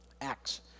Acts